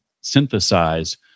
synthesize